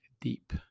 deep